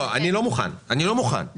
אני לא מוכן, אני לא מוכן.